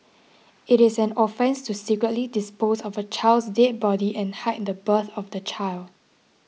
it is an offence to secretly dispose of a child's dead body and hide the birth of the child